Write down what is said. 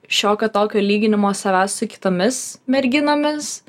šiokio tokio lyginimo savęs su kitomis merginomis